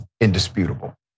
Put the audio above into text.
indisputable